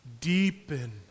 Deepen